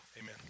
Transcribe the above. Amen